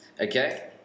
okay